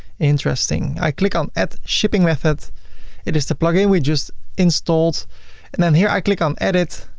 interesting. i click on add shipping method it is the plugin we just installed and then here i click on edit